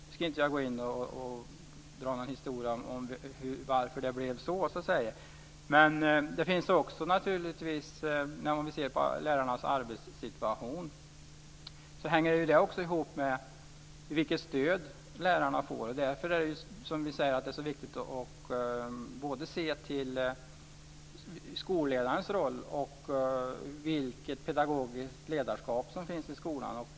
Jag ska inte dra någon historia om varför det blev så. Lärarnas arbetssituation hänger samman med vilket stöd lärarna får. Vi säger ju att det är så viktigt att se till både skolledarens roll och vilket pedagogiskt ledarskap som finns i skolan.